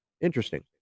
Interesting